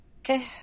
Okay